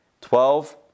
Twelve